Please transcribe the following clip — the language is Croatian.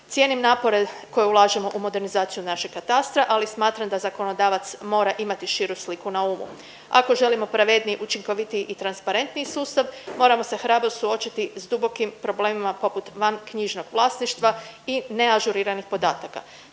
Cijenim napore koje ulažemo u modernizaciju našeg Katastra ali smatram da zakonodavac mora imati širu sliku na umu. Ako želimo pravedniji, učinkovitiji i transparentniji sustav, moramo se hrabro suočiti s dubokim problemima poput vanknjižnog vlasništva i neažuriranih podataka.